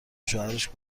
شوهرش